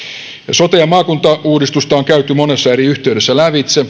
sote ja maakuntauudistusta on käyty monessa eri yhteydessä lävitse